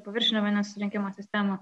paviršinio vandens surinkimo sistemų